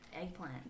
eggplant